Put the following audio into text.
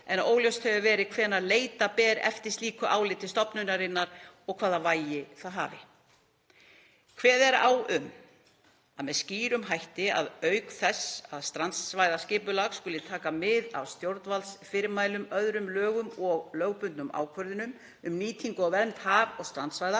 en óljóst hefur verið hvenær leita beri eftir slíku áliti stofnunarinnar og hvaða vægi það hafi. Kveðið er á um það með skýrum hætti að auk þess að strandsvæðisskipulag skuli taka mið af stjórnvaldsfyrirmælum, öðrum lögum og lögbundnum ákvörðunum um nýtingu og vernd haf- og strandsvæða